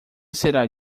será